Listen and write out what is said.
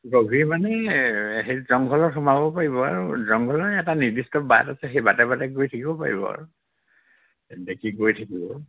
গভীৰ মানে সেই জংঘলত সোমাব পাৰিব আৰু জংঘলৰ এটা নিৰ্দিষ্ট বাট আছে সেই বাটে বাটে গৈ থাকিবও পাৰিব আৰু দেখি গৈ থাকিব